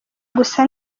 gusa